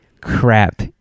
crap